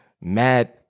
mad